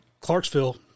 Clarksville –